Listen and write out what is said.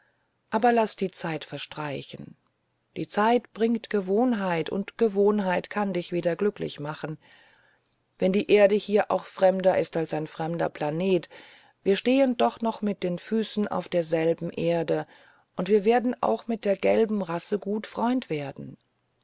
aber laß die zeit verstreichen die zeit bringt gewohnheit und gewohnheit kann dich wieder glücklich machen wenn die erde hier auch fremder ist als ein fremder planet wir stehen doch noch mit den füßen auf derselben erde und wir werden auch mit der gelben rasse gut freund werden